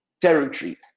territory